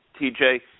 TJ